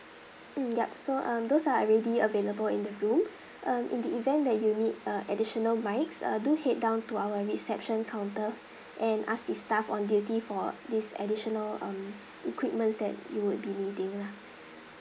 mm ya so um those are already available in the room um in the event that you need uh additional mics uh do head down to our reception counter and ask the staff on duty for this additional um equipments that you would be needing lah